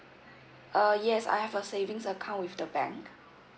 uh yes I have a savings account with the bank